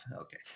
Okay